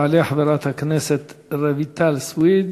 תעלה חברת הכנסת רויטל סויד,